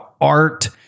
art